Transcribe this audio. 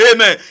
Amen